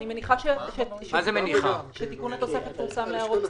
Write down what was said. אני מניחה שתיקון התוספת פורסם להערות ציבור.